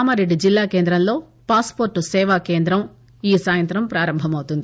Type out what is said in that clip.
కామారెడ్ది జిల్లా కేందంలో పాస్పోర్ట్ సేవా కేందం ఈ సాయంతం ప్రారంభమవుతుంది